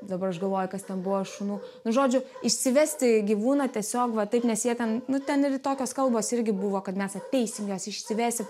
dabar aš galvoju kas ten buvo šunų nu žodžiu išsivesti gyvūną tiesiog va taip nes jie ten nu ten ir tokios kalbos irgi buvo kad mes ateisim juos išsivesim